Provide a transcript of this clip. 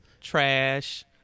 Trash